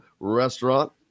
restaurant